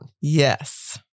Yes